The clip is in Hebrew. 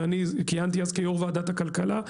ואני כיהנתי אז כיושב-ראש ועדת הכלכלה,